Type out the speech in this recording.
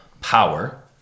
power